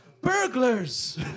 burglars